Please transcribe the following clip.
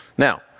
Now